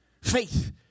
Faith